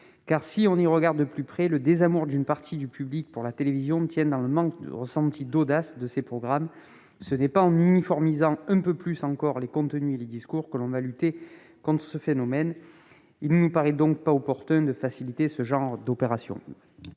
si l'on y regarde de plus près, le désamour d'une partie du public pour la télévision tient au sentiment d'un manque d'audace des programmes. Ce n'est donc pas en uniformisant un peu plus encore les contenus et les discours qu'on luttera contre ce phénomène. Il ne nous paraît donc pas opportun de faciliter ce genre d'opération.